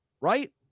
right